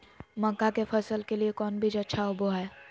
मक्का के फसल के लिए कौन बीज अच्छा होबो हाय?